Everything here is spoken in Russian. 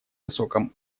высоком